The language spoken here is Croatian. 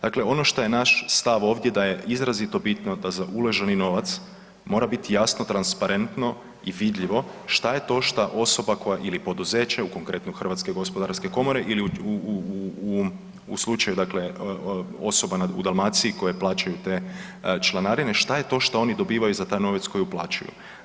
Dakle ono što je naš stav ovdje da je izrazito bitno da za uloženi novac mora biti jasno, transparentno i vidljivo što je to što osoba koja, ili poduzeće, u konkretno, HGK-u ili u slučaju dakle, osoba u Dalmaciji koje plaćaju te članarine, što je to što oni dobivaju za taj novac koji uplaćuju.